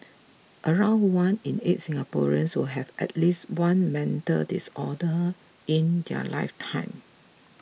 around one in eight Singaporeans will have at least one mental disorder in their lifetime